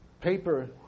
paper